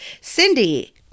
Cindy